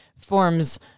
forms